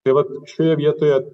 tai vat šioje vietoje